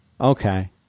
Okay